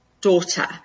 daughter